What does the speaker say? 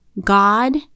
God